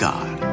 God